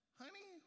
honey